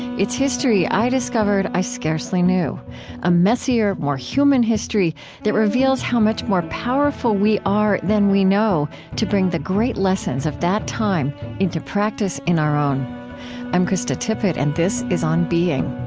it's history i discovered i scarcely knew a messier, more human history that reveals how much more powerful we are, than we know, to bring the great lessons of that time into practice in our own i'm krista tippett, and this is on being